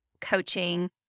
coaching